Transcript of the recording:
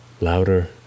Louder